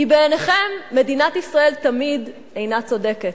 כי בעיניכם מדינת ישראל תמיד אינה צודקת,